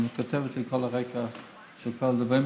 היא כותבת לי את כל הרקע של כל הדברים.